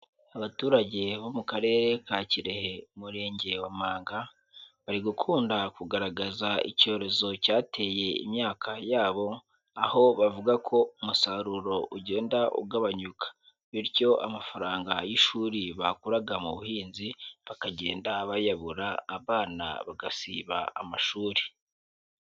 Abaturage bo mu karere ka Kirehe, umurenge wa Mpanga, bari gukunda kugaragaza icyorezo cyateye imyaka yabo, aho bavuga ko umusaruro ugenda ugabanyuka, bityo amafaranga y'ishuri bakuraga mu buhinzi bakagenda bayabura abana bagasiba amashuri.